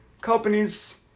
companies